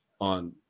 on